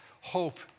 hope